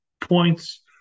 points